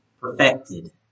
perfected